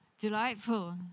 delightful